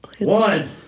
one